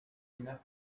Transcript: enough